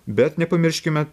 bet nepamirškime